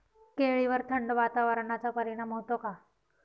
केळीवर थंड वातावरणाचा परिणाम होतो का?